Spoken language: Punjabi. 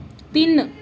ਤਿੰਨ